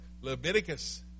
leviticus